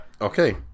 Okay